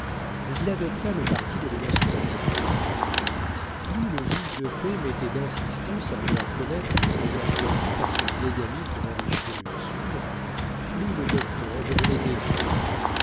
mais il adopta le parti de l'émancipation plus le juge de paix mettait d'insistance à vouloir connaître les moyens choisis par son vieil ami pour enrichir ursule plus le docteur devenait défiant